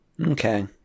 Okay